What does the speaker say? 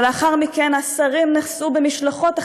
ולאחר מכן השרים נסעו במשלחות,